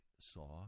saw